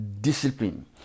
discipline